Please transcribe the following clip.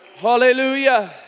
Hallelujah